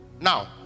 Now